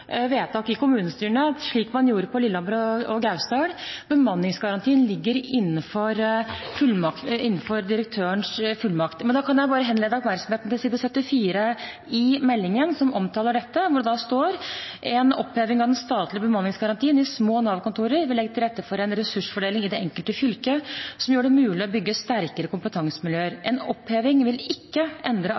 vedtak i kommunestyrene, slik man gjorde i Lillehammer og i Gausdal. Bemanningsgarantien ligger innenfor direktørens fullmakt. Jeg kan henlede oppmerksomheten til side 74 i meldingen, som omtaler dette, hvor det står: «En oppheving av den statlige bemanningsgarantien i små NAV-kontor vil legge til rette for en ressursfordeling i det enkelte fylke som gjør det mulig å bygge sterkere kompetansemiljøer. En oppheving vil ikke endre